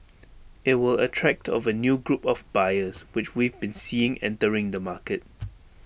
IT will attract of A new group of buyers which we've been seeing entering the market